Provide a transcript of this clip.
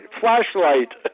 flashlight